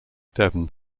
devon